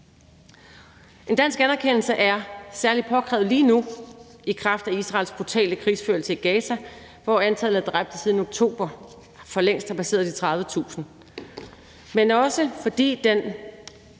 En dansk anerkendelse er særlig påkrævet lige nu i kraft af Israels brutale krigsførelse i Gaza, hvor antallet af dræbte siden oktober for længst har passeret de 30.000. Det er den også, fordi den